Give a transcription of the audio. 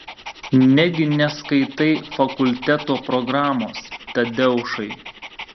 negi neskaitai fakulteto programos tadeušai